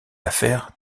l’affaire